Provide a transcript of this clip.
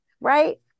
right